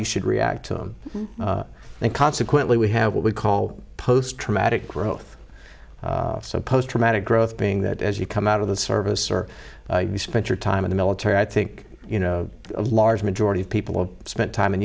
you should react to them and consequently we have what we call post traumatic growth so post traumatic growth being that as you come out of the service or spent your time in the military i think you know a large majority of people have spent time in